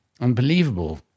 unbelievable